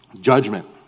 judgment